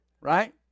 Right